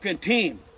team